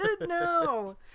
No